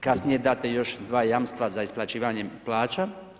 Kasnije dato je još 2 jamstva za isplaćivanjem plaća.